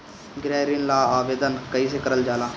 गृह ऋण ला आवेदन कईसे करल जाला?